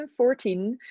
2014